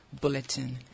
bulletin